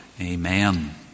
Amen